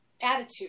attitude